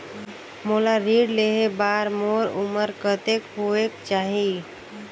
मोला ऋण लेहे बार मोर उमर कतेक होवेक चाही?